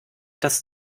das